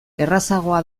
errazagoa